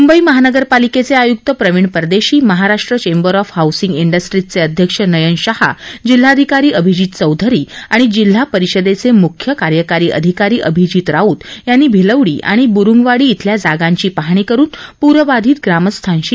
मुंबई महानगरपालिकेचे आयुक्त Praveen Pardeshi Maharashtra chamber of housing इंडस्ट्रीचे अध्यक्ष नयन शहा जिल्हाधिकारी अभिजित चौधरी आणि जिल्हा परिषदेचे मुख्य कार्यकारी अधिकारी अभिजित राऊत यांनी भिलवडी आणि बुरुंगवाडी इथल्या जागांची पाहणीकरून पूरबाधित ग्रामस्थांशी चर्चा केली